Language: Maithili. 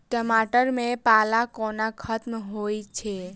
टमाटर मे पाला कोना खत्म होइ छै?